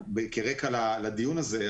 כרקע לדיון הזה,